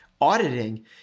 Auditing